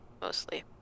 mostly